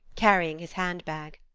carrying his hand-bag.